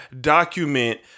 document